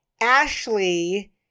Ashley